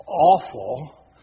awful